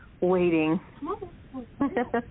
waiting